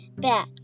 bet